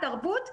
תרבות וכן,